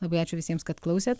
labai ačiū visiems kad klausėt